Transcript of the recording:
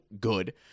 good